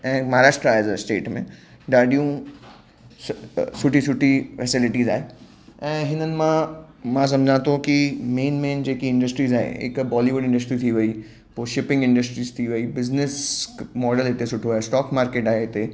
ऐं Maharashtra as a state में ॾाढियूं सुठी सुठी फैसिलिटीज़ आहे ऐं हिननि मां मां सम्झा थो की मेन मेन जेकी इंडस्ट्रीस आहे हिकु बॉलीवुड इंडस्ट्री थी वई पोइ शिपिंग इंडस्ट्रीस थी वई बिज़नेस मॉडल हिते सुठो आहे स्टॉक मार्केट आहे हिते